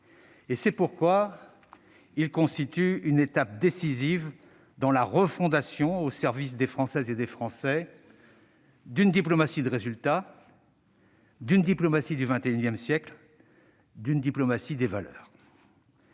C'est pourquoi il constitue une étape décisive dans la refondation, au service des Françaises et des Français, d'une diplomatie des résultats, d'une diplomatie du XXI siècle, d'une diplomatie des valeurs.